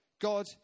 God